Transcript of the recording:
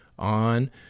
on